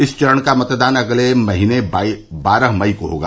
इस चरण का मतदान अगले महीने बारह मई को होगा